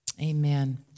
Amen